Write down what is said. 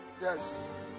yes